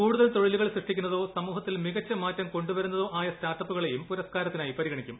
കൂടുതൽ തൊഴിലുകൾ സൃഷ്ടിക്കുന്നതോ സമൂഹത്തിൽ മികച്ച മാറ്റം കൊണ്ടുവരുന്നതോ ആയ സ്റ്റാർട്ടപ്പുകളെയും പുരസ്കാരത്തിനായി പരിഗണിക്കും